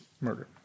murder